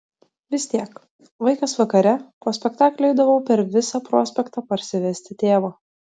vis tiek vaikas vakare po spektaklio eidavau per visą prospektą parsivesti tėvo